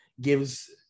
gives